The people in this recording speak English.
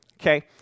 okay